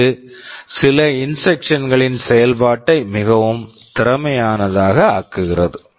இது சில instruction instructions களின் செயல்பாட்டை மிகவும் திறமையாக ஆக்குகிறது